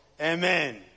Amen